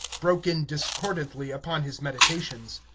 broke in discordantly upon his meditations.